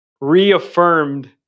reaffirmed